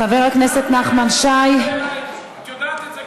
אם יש לך תלונות ומענות,